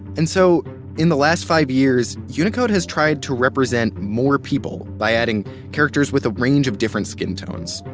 and so in the last five years, unicode has tried to represent more people, by adding characters with a range of different skin tones.